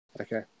Okay